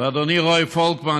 ואדוני רועי פולקמן,